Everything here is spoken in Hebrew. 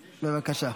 בבקשה.